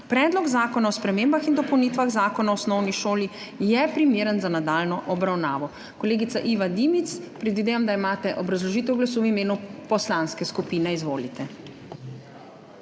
Predlog zakona o spremembah in dopolnitvah Zakona o osnovni šoli je primeren za nadaljnjo obravnavo. Kolegica Iva Dimic, predvidevam, da imate obrazložitev glasu v imenu poslanske skupine. Izvolite.